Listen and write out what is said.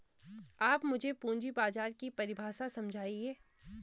आप मुझे पूंजी बाजार की परिभाषा समझाइए